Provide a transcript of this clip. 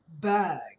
bag